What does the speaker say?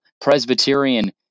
Presbyterian